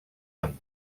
amb